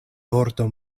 vorto